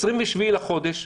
27 לחודש,